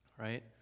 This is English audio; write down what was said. right